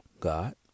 God